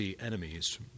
enemies